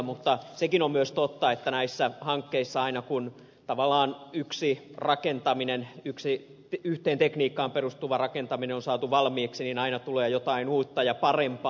mutta sekin on totta että näissä hankkeissa aina kun tavallaan yksi rakentaminen yhteen tekniikkaan perustuva rakentaminen on saatu valmiiksi tulee aina jotain uutta ja parempaa